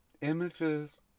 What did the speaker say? images